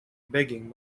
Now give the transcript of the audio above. begging